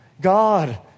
God